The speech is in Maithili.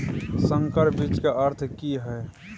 संकर बीज के अर्थ की हैय?